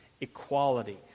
equality